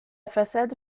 façade